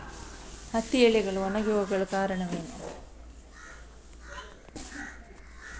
ಹತ್ತಿ ಎಲೆಗಳು ಒಣಗಿ ಹೋಗಲು ಕಾರಣವೇನು?